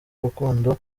urukundo